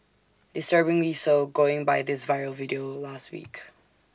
disturbingly so going by this viral video last week